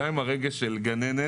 גם עם הרגש של גננת